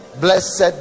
Blessed